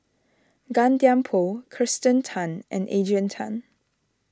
Gan Thiam Poh Kirsten Tan and Adrian Tan